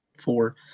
Four